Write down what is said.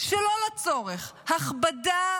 שלא לצורך, הכבדה